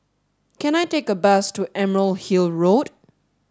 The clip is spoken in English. can I take a bus to Emerald Hill Road